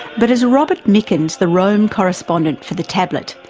but as robert mickens, the rome correspondent for the tablet,